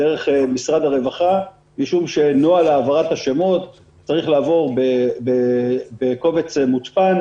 משום שנוהל העברת השמות צריך לעבור בקובץ מוצפן,